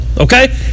Okay